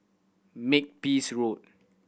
Makepeace Road